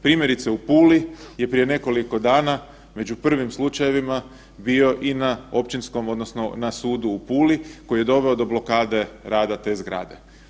Primjerice u Puli je prije nekoliko dana među prvim slučajevima bio i na općinskom odnosno na sudu u Puli koji je doveo do blokade rada te zgrade.